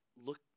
Look